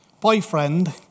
boyfriend